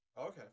Okay